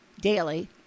daily